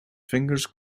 fingers